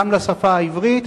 גם לשפה העברית,